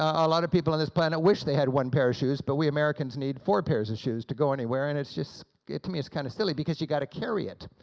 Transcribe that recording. a lot of people on this planet wish they had one pair of shoes, but we americans need four pairs of shoes to go anywhere, and it's just, to me it's kind of silly, because you got to carry it.